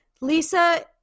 Lisa